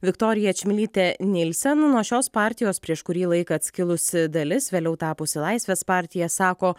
viktoriją čmilytę nilsen nuo šios partijos prieš kurį laiką atskilusi dalis vėliau tapusi laisvės partija sako